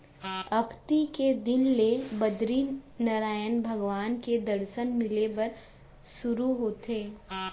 अक्ती के दिन ले बदरीनरायन भगवान के दरसन मिले बर सुरू होथे